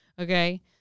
okay